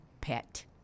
pet